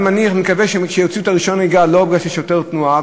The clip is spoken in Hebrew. אני מניח ומקווה שיוציאו את רישיון הנהיגה לא בגלל שוטר תנועה,